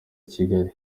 kigali